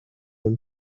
him